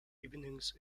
evenings